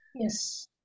Yes